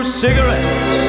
cigarettes